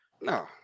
No